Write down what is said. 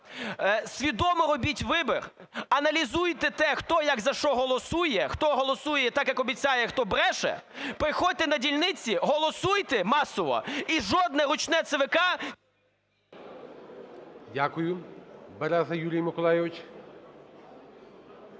свідомо робіть вибір, аналізуйте те, хто, як, за що голосує. Хто голосує так, як обіцяє, а хто бреше. Приходьте на дільниці, голосуйте масово і жодне ручне ЦВК… ГОЛОВУЮЧИЙ. Дякую. Береза Юрій Миколайович.